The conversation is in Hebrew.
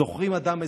זוכרים אדם,